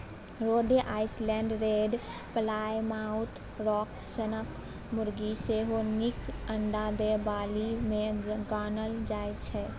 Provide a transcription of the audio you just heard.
रोडे Island red, Plymouth Rock सनक मुरगी सेहो नीक अंडा दय बालीमे गानल जाइ छै